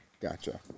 Gotcha